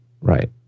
Right